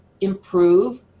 improve